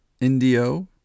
Indio